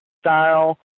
style